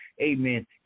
amen